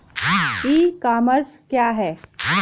ई commerce क्या है?